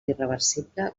irreversible